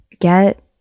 Get